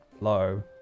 low